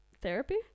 therapy